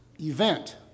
Event